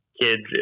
kids